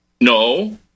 no